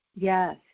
Yes